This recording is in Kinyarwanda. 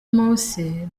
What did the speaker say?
mose